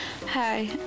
Hi